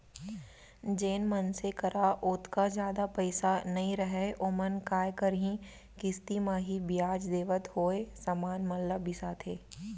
जेन मनसे करा ओतका जादा पइसा नइ रहय ओमन काय करहीं किस्ती म ही बियाज देवत होय समान मन ल बिसाथें